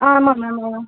ஆ ஆமாம் மேம்